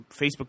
Facebook